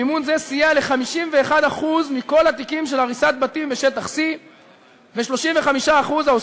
מימון זה סייע ל-51% מכל התיקים של הריסת בתים בשטח C ול-35% מהתיקים